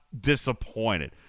disappointed